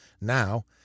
Now